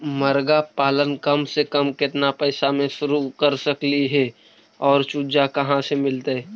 मरगा पालन कम से कम केतना पैसा में शुरू कर सकली हे और चुजा कहा से मिलतै?